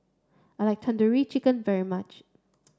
I like Tandoori Chicken very much